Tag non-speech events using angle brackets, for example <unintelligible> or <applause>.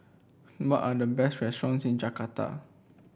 <unintelligible> are the best restaurants in Jakarta